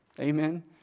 Amen